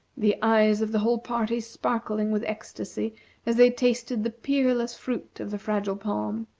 the eyes of the whole party sparkling with ecstasy as they tasted the peerless fruit of the fragile palm,